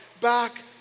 back